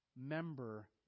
member